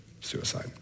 suicide